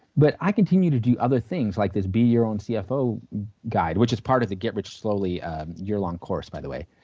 but i continue to do other things like this be your own cfo guide which is part of the get rich slowly yearlong course by the way.